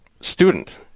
student